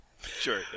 Sure